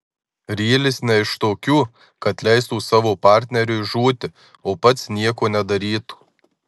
rylis ne iš tokių kad leistų savo partneriui žūti o pats nieko nedarytų